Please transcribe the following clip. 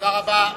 תודה רבה.